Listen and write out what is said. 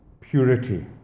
purity